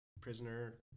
prisoner